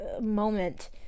moment